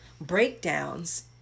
breakdowns